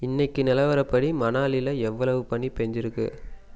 இன்றைக்கு நிலவரப்படி மணாலியில எவ்வளவு பனி பேஞ்சிருக்கு